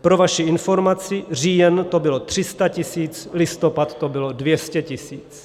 Pro vaši informaci, říjen to bylo 300 tisíc, listopad to bylo 200 tisíc.